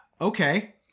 Okay